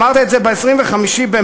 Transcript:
אמרת את זה ב-25 במרס,